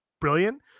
brilliant